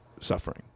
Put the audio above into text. suffering